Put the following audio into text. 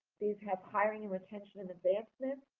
these have hiring and retention and advancement.